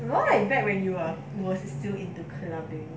when was that when you you're was still into clubbing